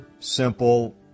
simple